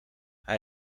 hij